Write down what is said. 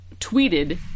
tweeted